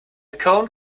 cone